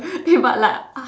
eh but like uh